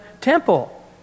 temple